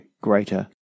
greater